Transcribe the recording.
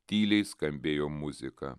tyliai skambėjo muzika